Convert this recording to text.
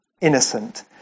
innocent